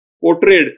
portrayed